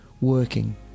working